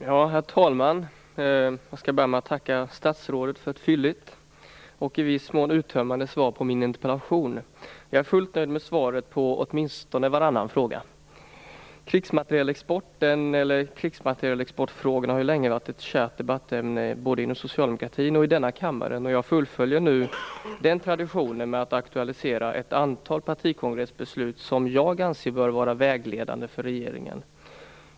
Herr talman! Jag börjar med att tacka statsrådet för ett fylligt och i viss mån uttömmande svar på min interpellation. Jag är fullt nöjd med svaret på åtminstone varannan fråga. Krigsmaterielexporten har länge varit ett kärt debattämne både inom socialdemokratin och i denna kammare. Jag fullföljer nu den traditionen med att aktualisera ett antal partikongressbeslut som jag anser bör vara vägledande för regeringen.